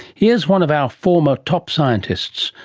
here's one of our former top scientists,